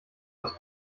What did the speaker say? aus